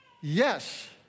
yes